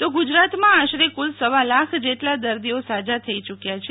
તો ગુજરાતમાં આશરે કુલ સવા લાખ જેલા દર્દીઓ સાજા થઈ યુક્યા છે